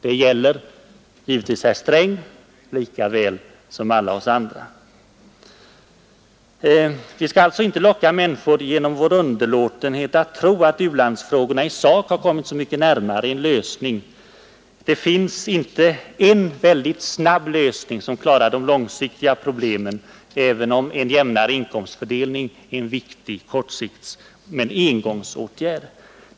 Det gäller givetvis herr Sträng lika väl som alla oss andra. Vi skall alltså inte genom våra utsagor eller vår underlåtenhet locka människor att tro att u-landsfrågorna i sak har kommit så mycket närmare en lösning. Det finns ingen snabb lösning som klarar de långsiktiga problemen. Att åstadkomma en jämnare inkomstfördelning är en viktig åtgärd, men det är en engångsåtgärd.